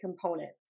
components